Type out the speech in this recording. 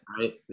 right